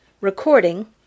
Recording